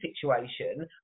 situation